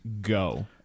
go